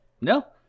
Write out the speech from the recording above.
No